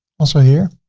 also here,